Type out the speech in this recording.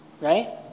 right